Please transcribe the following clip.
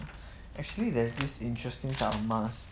actually there's this interesting type of mask